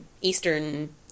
Eastern